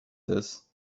this